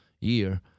year